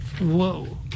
Whoa